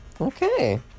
Okay